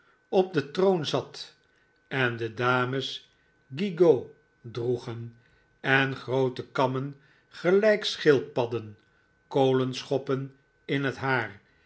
op den troon zat en de dames gigots droegen en groote kammen gelijk schildpadden kolenschoppen in het haar